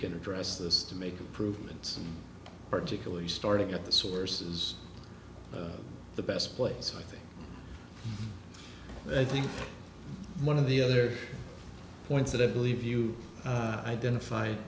can address this to make improvements and particularly starting at the source is the best place so i think i think one of the other points that i believe you identif